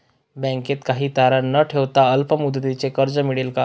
बँकेत काही तारण न ठेवता अल्प मुदतीचे कर्ज मिळेल का?